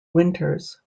winters